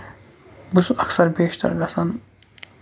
بہٕ چھُس اَکثر بیشتر گژھان